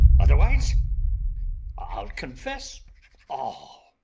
otherwise i'll confess all